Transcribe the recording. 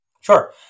Sure